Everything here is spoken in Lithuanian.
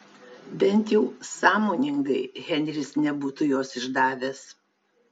bent jau sąmoningai henris nebūtų jos išdavęs